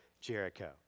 Jericho